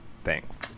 Thanks